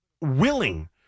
willing